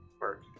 work